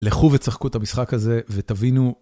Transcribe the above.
לכו ותשחקו את המשחק הזה ותבינו.